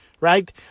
right